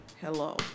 hello